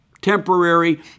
temporary